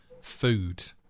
food